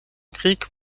krieg